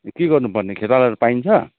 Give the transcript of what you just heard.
के गर्नुपर्ने खेतालाहरू पाइन्छ